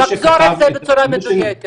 תחזור על זה בצורה מדויקת.